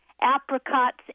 apricots